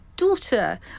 daughter